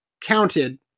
counted